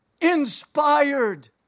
Inspired